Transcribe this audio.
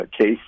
case